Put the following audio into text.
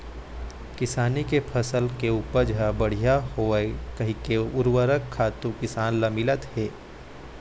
किसानी के फसल के उपज ह बड़िहा होवय कहिके उरवरक खातू किसान ल मिलत हे